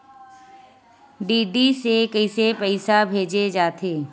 DD से कइसे पईसा भेजे जाथे?